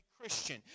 Christian